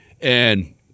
And-